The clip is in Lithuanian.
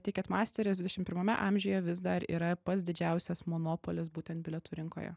tiket masteris dvidešim pirmame amžiuje vis dar yra pats didžiausias monopolis būtent bilietų rinkoje